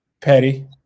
petty